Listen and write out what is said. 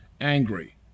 angry